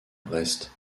brest